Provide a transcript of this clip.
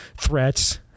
threats